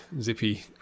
zippy